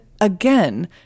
again